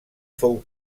fou